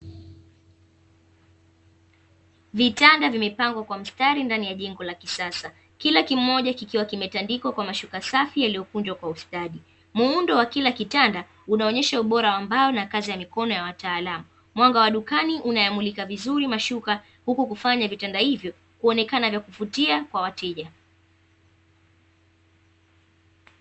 Vitanda vimepangwa kwa mstari ndani ya jengo la kisasa, kila kimoja kikiwa kimetandikwa kwa mashuka safi, yaliyokunjwa kwa ustadi. Muundo wa kila kitanda unaonyesha ubora wa mbao na kazi ya mikono ya wataalamu. Mwanga wa dukani unayamulika vizuri mashuka, huku kufanya vitanda hivyo kuonekana vya kuvutia kwa wateja.